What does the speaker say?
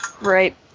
Right